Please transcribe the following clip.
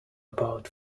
about